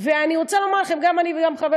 ואני רוצה לומר לכם שגם אני וגם חבר